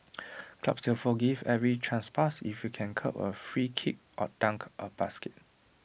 clubs will forgive every trespass if you can curl A free kick or dunk A basket